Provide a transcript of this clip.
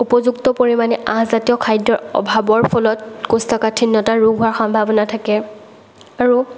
উপযুক্ত পৰিমানে আঁহজাতীয় খাদ্যৰ অভাৱৰ ফলত কৌষ্ঠকাঠিন্যতা ৰোগ হোৱাৰ সম্ভাৱনা থাকে আৰু